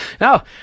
No